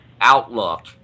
outlook